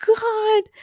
God